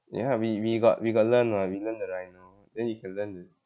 ya we we got we got learn ah we learn the rhino then you can learn this